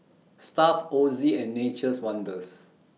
Stuff'd Ozi and Nature's Wonders